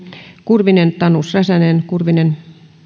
kurvinen tanus räsänen